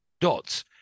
Dots